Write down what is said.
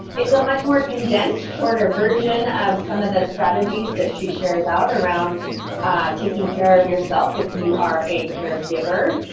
it's a much more condensed shorter version of some of the strategies that she shares out around taking care of yourself if you are a caregiver,